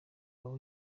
aho